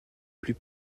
plus